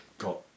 got